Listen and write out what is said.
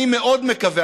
אני מאוד מקווה,